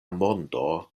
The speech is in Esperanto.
mondo